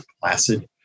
Placid